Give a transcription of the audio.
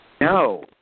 No